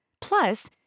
Plus